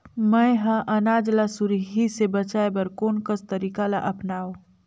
मैं ह अनाज ला सुरही से बचाये बर कोन कस तरीका ला अपनाव?